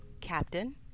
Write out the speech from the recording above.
Captain